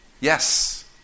yes